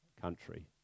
country